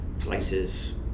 places